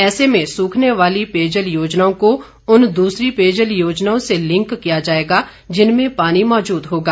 ऐसे में सूखने वाली पेयजल योजनाओं को उन दूसरी पेयजल योजनाओं से लिंक किया जाएगा जिनमें पानी मौजूद होगा